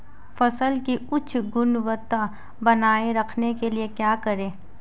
फसल की उच्च गुणवत्ता बनाए रखने के लिए क्या करें?